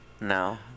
No